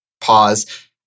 pause